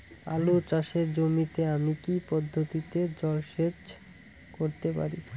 আলু চাষে জমিতে আমি কী পদ্ধতিতে জলসেচ করতে পারি?